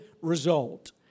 result